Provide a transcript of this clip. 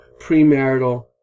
premarital